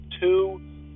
two